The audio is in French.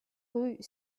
rue